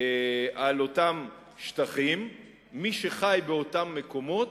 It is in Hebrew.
על אותם שטחים, מי שחי באותם מקומות,